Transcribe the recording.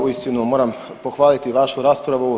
Uistinu moram pohvaliti vašu raspravu.